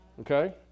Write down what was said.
Okay